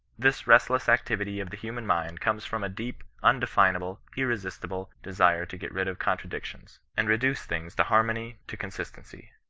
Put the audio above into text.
this restless activity of the human mind comes from a deep, undefinable, irresistible, desire to get rid of contradictions, and reduce things to har mony, to consistency.